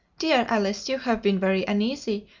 dear alice, you have been very uneasy,